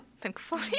thankfully